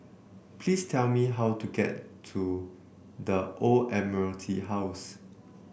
please tell me how to get to The Old Admiralty House